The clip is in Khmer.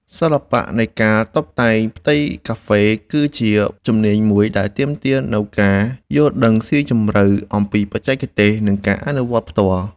សិល្បៈនៃការតុបតែងផ្ទៃកាហ្វេ គឺជាជំនាញមួយដែលទាមទារនូវការយល់ដឹងស៊ីជម្រៅអំពីបច្ចេកទេស និងការអនុវត្តផ្ទាល់។